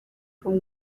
from